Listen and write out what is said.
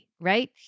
right